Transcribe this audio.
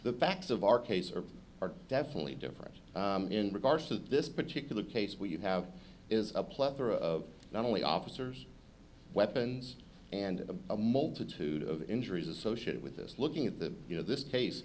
the facts of our case are are definitely different in regards to this particular case where you have is a plethora of not only officers weapons and a multitude of injuries associated with this looking at the you know this case